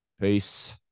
Peace